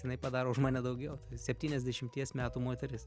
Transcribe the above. jinai padaro už mane daugiau septyniasdešimties metų moteris